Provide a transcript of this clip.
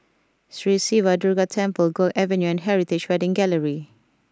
Sri Siva Durga Temple Guok Avenue and Heritage Wedding Gallery